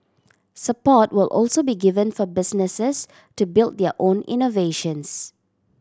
support will also be given for businesses to build their own innovations